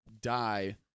die